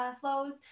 flows